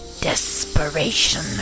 desperation